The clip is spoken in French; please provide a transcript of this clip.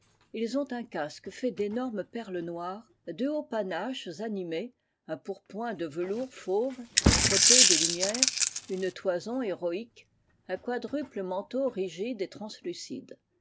ils ont un casque fait d'énormes perles noires deux hauts panaches animés un pourpoint de velours fauve et frotté de lumière une toison héroïque un quadruple manteau rigide et translucide